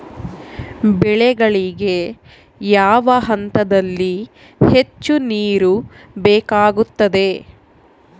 ಬೆಳೆಗಳಿಗೆ ಯಾವ ಹಂತದಲ್ಲಿ ಹೆಚ್ಚು ನೇರು ಬೇಕಾಗುತ್ತದೆ?